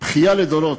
בכייה לדורות,